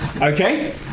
Okay